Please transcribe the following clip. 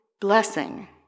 blessing